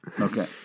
Okay